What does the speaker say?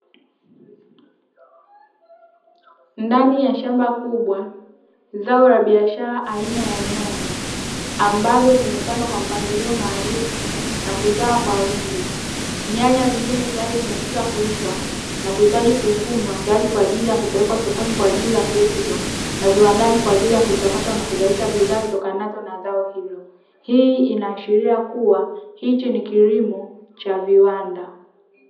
Ndani ya shamba kubwa, zao la biashara aina ya nyanya, ambazo zimepandwa kwa mpangilio maalum, na kuzaa kwa wingi, nyanya zingine tayari zimekwisha kuiva, na kuhitaji kuvunwa tayari kwa ajili ya kupekwa sokoni kwa ajili ya kuuzwa, na viwandani kwa ajili ya kuchakatwa na kuzaisha bidhaa zitokanazo na zao hilo. Hii inaashiria kuwa hichi ni kilimo cha viwanda.